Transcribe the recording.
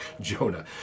Jonah